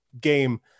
game